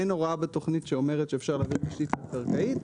ואין הוראה בתוכנית שאומרת שאפשר להעביר תשתית תת-קרקעית.